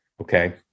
Okay